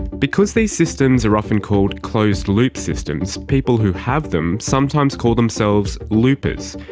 because these systems are often called closed-loop systems, people who have them sometimes call themselves loopers.